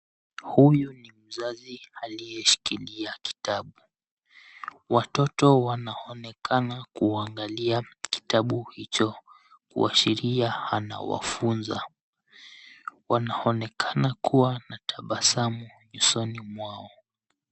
Huyu ni mzazi aliyeshikilia kitabu. Watoto wanaonekana kuangalia kitabu hicho kuashiria anawafunza. Wanaonekana kuwa na tabasamu nyusoni mwao.